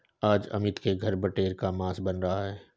आज अमित के घर बटेर का मांस बन रहा है